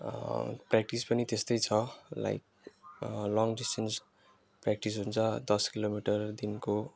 practice पनि त्यस्तै छ लाइक लोङ डिस्टेन्स प्र्याक्टिस हुन्छ दस किलोमिटर दिनको